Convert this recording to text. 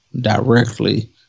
directly